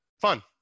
fun